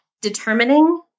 determining